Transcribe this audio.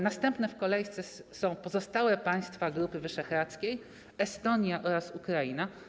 Następne w kolejce są pozostałe państwa Grupy Wyszehradzkiej, Estonia oraz Ukraina.